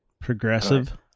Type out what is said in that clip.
progressive